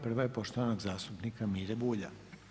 Prva je poštovanog zastupnika Mire Bulja.